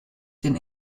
den